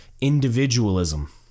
individualism